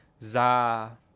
za